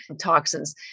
toxins